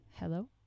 Hello